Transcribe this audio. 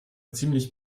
ziemlich